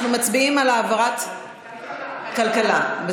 אנחנו מעבירים, כלכלה.